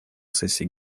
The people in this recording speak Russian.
сессии